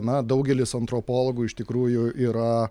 na daugelis antropologų iš tikrųjų yra